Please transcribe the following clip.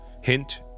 Hint